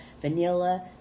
vanilla